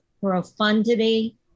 profundity